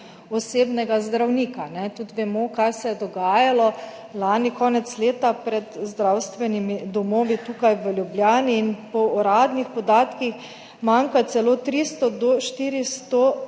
osebnega zdravnika. Vemo, kaj se je dogajalo lani konec leta pred zdravstvenimi domovi tukaj v Ljubljani. Po uradnih podatkih manjka celo 300 do 400